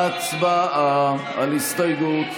הצבעה על הסתייגות.